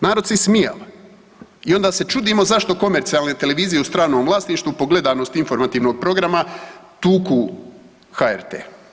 Narod se ismijava i onda se čudimo zašto komercijalne televizije u stranom vlasništvu po gledanosti informativnog programa, tuku HRT.